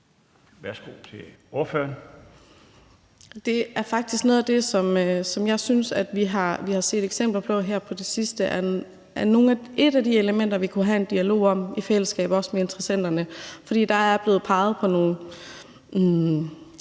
Sara Emil Baaring (S): Det er faktisk noget af det, som jeg synes vi har set eksempler på her på det sidste. Det er et af de elementer, vi kunne have en dialog om i fællesskab, også med interessenterne, for der er blevet peget på nogle